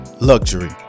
Luxury